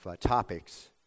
topics